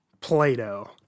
Plato